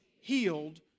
healed